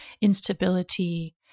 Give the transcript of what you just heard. instability